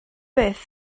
beth